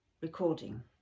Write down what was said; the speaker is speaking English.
recording